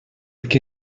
que